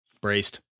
Braced